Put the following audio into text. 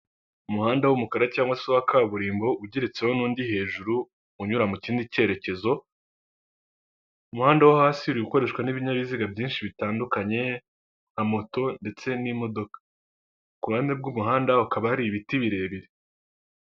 Umuhanda w'umukara cyangwa se uwa kaburimbo, ugeretseho n'undi hejuru unyura mu kindi cyerekezo, umuhanda wo hasi uri gukoreshwa n'ibinyabiziga byinshi bitandukanye, nka moto ndetse n'imodoka. Ku ruhande rw'umuhanda hakaba hari ibiti birebire.